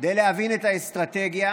כדי להבין את האסטרטגיה